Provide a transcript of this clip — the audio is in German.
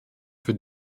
für